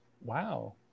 wow